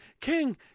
king